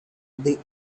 the